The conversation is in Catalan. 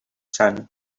sant